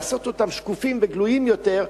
לעשות אותם שקופים וגלויים יותר,